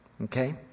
Okay